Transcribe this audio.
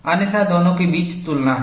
अन्यथा दोनों के बीच तुलना है